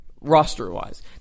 roster-wise